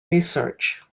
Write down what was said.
research